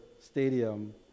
stadium